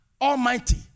Almighty